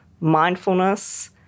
mindfulness